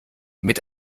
mit